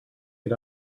get